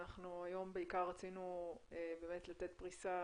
אנחנו היום בעיקר רצינו לתת פרישה